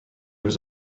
was